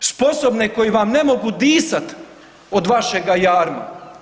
Sposobne koji vam ne mogu disati od vašega jarma.